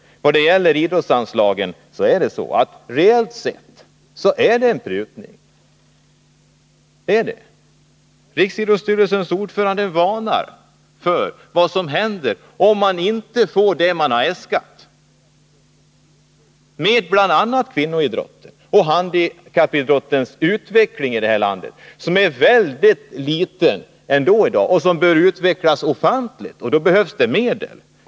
När det gäller idrottsanslagen är det reellt sett fråga om en prutning. Riksidrottsstyrelsens ordförande varnar för vad som kommer att hända om man inte får det man äskat, bl.a. till kvinnoidrotten och handikappidrottens utveckling i vårt land. Handikappidrotten utgör en mycket liten del av idrotten i dag och bör utvecklas ofantligt. Då behövs det medel.